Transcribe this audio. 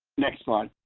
next slide.